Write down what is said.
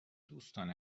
دوستان